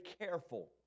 careful